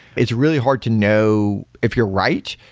it's really hard to know if you're right.